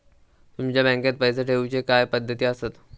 तुमच्या बँकेत पैसे ठेऊचे काय पद्धती आसत?